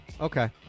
Okay